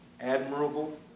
Admirable